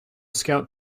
scout